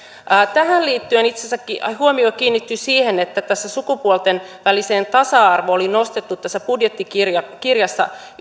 tähän liittyen itse asiassa huomio kiinnittyi siihen että sukupuolten välinen tasa arvo oli nostettu tässä budjettikirjassa